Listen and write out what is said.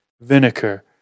vinegar